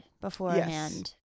beforehand